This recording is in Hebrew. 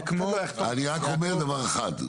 אני רק אומר דבר אחד,